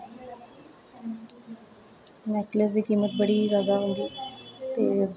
necklace दी कीमत बड़ी जादा होंदी ते